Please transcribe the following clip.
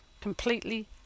completely